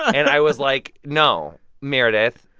and i was like, no, meredith.